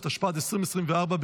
התשפ"ד 2024,